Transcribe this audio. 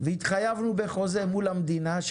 והתחייבנו בחוזה מול המדינה,